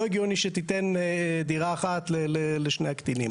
לא הגיוני שתיתן דירה אחת לשני הקטינים.